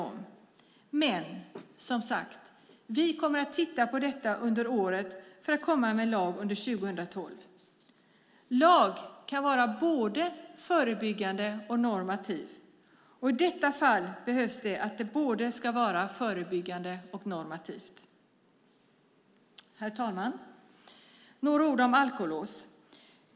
Men vi kommer, som sagt, att titta på detta under året för att komma med en lag under 2012. Lag kan vara både förebyggande och normativ, och i detta fall behövs det att den är både förebyggande och normativ. Herr talman! Jag ska säga några ord om alkolås.